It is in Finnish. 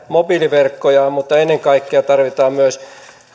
mobiiliverkkoja mutta ennen kaikkea tarvitaan myös